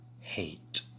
hate